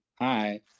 Hi